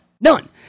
none